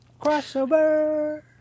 Crossover